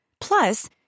Plus